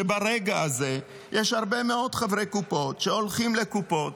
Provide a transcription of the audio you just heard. שברגע הזה יש הרבה מאוד חברי קופות שהולכים לקופות,